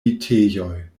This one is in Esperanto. vitejoj